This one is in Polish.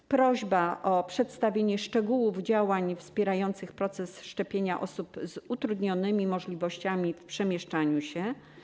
Jest prośba o przedstawienie szczegółów działań wspierających proces szczepienia osób z utrudnionymi możliwościami przemieszczania się.